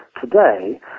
today